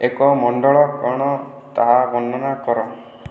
ଏକ ମଣ୍ଡଳ କ'ଣ ତାହା ବର୍ଣ୍ଣନା କର